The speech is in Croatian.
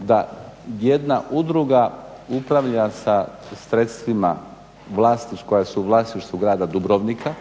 da jedna udruga upravlja sa sredstvima koja su u vlasništvu grada Dubrovnika